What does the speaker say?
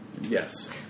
Yes